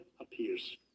appears